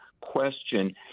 question